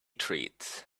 treats